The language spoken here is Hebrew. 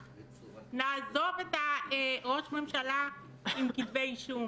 נעזוב את ראש הממשלה עם כתבי אישום